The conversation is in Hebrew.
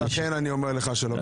אז לכן אני אומר לך שלא.